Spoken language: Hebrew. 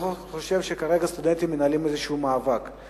אני לא חושב שכרגע הסטודנטים מנהלים מאבק כלשהו.